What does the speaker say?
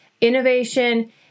innovation